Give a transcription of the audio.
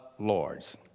Lords